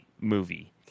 movie